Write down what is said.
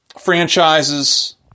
franchises